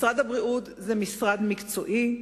משרד הבריאות הוא משרד מקצועי,